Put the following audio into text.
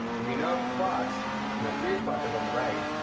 if you know clocks, you know three o'clock is on the right.